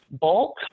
bulk